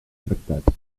tractats